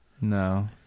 No